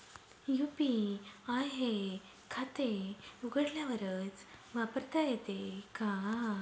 UPI हे खाते उघडल्यावरच वापरता येते का?